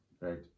right